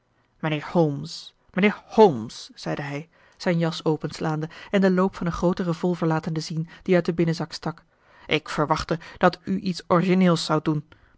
mijnheer holmes mijnheer holmes zeide hij zijn jas openslaande en den loop van een groote revolver latende zien die uit den binnenzak stak ik verwachtte dat u iets origineels zoudt doen